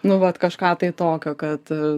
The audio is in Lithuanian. nu vat kažką tai tokio kad